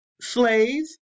slaves